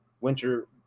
winter